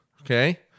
okay